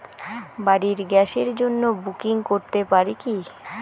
বাড়ির গ্যাসের জন্য বুকিং করতে পারি কি?